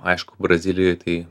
aišku brazilijoj tai